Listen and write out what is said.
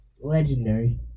legendary